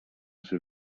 ser